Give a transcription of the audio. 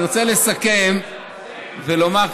אני רוצה לסכם ולומר,